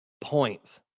points